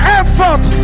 effort